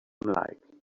like